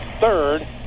third